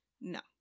No